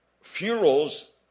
funerals